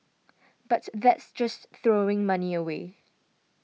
but that's just throwing money away